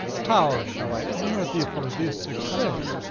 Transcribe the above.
how shall i honour thee for this successe?